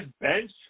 bench